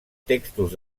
textos